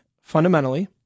fundamentally